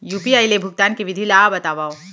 UPI ले भुगतान के विधि ला बतावव